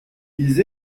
ils